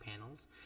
panels